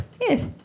Yes